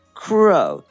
crow 。